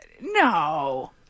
No